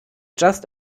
just